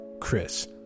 Chris